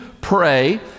pray